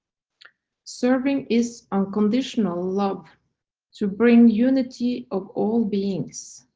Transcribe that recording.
serving is unconditional love to bring unity of all beings.